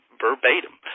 verbatim